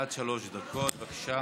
עד שלוש דקות, בבקשה.